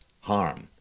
harm